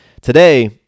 today